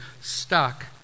stuck